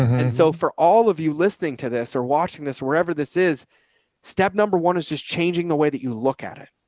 and so for all of you listening to this or watching this wherever this is step number one is just changing the way that you look at it.